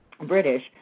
British